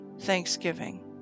thanksgiving